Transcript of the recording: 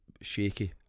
shaky